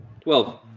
Twelve